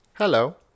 Hello